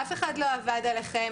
אף אחד לא עבד עליכם.